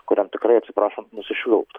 kuriam tikrai atsiprašant nusišvilpt